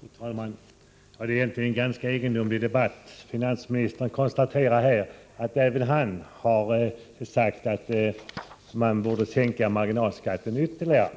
Fru talman! Det är egentligen en ganska egendomlig debatt. Finansministern konstaterar att även han har sagt att marginalskatten borde sänkas ytterligare.